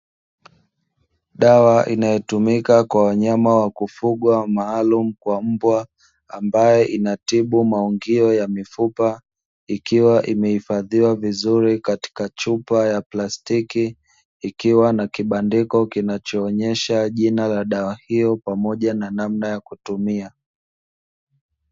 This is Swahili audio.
Dawa inayotumika kwa wanyama wa kufugwa maalumu kwa mbwa, ambayo inatibu maungio ya mifupa, ikiwa imehifadhiwa vizuri katika chupa ya plastiki, ikiwa na kibandiko kinachoonyesha jina la dawa hiyo pamoja na namna ya kutumia.